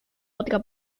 otra